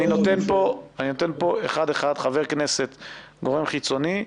אני נותן אחד-אחד: חבר כנסת וגורם חיצוני.